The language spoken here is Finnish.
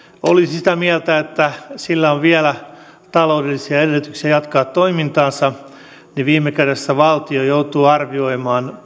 olisi sitä mieltä että sillä on vielä taloudellisia edellytyksiä jatkaa toimintaansa niin viime kädessä valtio joutuu arvioimaan